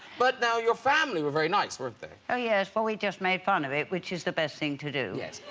but now your family were very nice birthday oh, yes what we just made fun of it, which is the best thing to do yes?